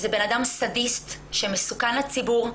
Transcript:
זה בן אדם סדיסט שמסוכן לציבור,